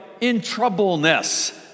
in-troubleness